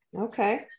Okay